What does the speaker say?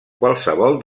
qualsevol